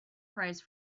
price